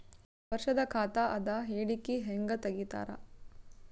ವರ್ಷದ ಖಾತ ಅದ ಹೇಳಿಕಿ ಹೆಂಗ ತೆಗಿತಾರ?